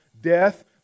death